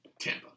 Tampa